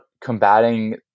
combating